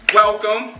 welcome